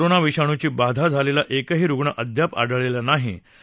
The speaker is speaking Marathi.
मात्र कोरोना विषाणूची बाधा झालेला एकही रुग्ण अद्याप आढळलेला नाही